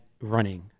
running